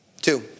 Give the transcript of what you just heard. Two